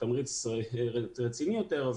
התמריץ רציני יותר.